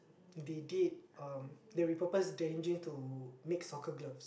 they did um they repurpose denim jeans to make soccer gloves